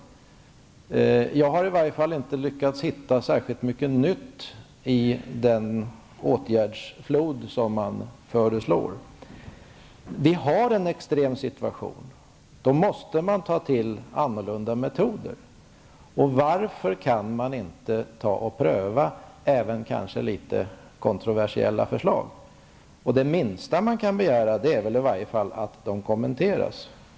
Jag har i varje fall inte lyckats hitta särskilt mycket nytt i den åtgärdsflod som man föreslår. Vi har nu en extrem situation. Då måste man ta till annorlunda metoder. Varför kan man inte pröva även litet kontroversiella förslag? Det minsta man kan begära är väl i alla fall att de kommenteras.